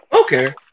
Okay